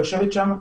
יושבת שם,